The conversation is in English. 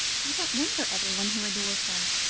i don't wonder everyone here adores her.